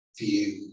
view